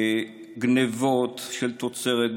גנבות של תוצרת,